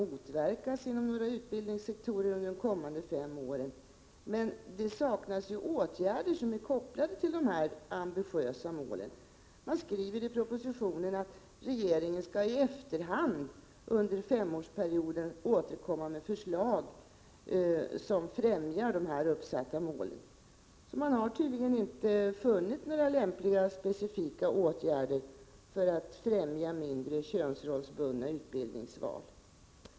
1987/88:133 inom några utbildningssektorer. Men det saknas ju åtgärder som är kopplade 3 juni 1988 till dessa ambitiösa mål! Regeringen skriver att man under femårsperioden efter hand skall återkomma med förslag som främjar de uppsatta målen. Man har tydligen inte funnit några lämpliga specifika åtgärder för att främja mindre könsbundna utbildningsval.